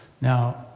Now